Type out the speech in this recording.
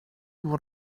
what